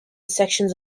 sections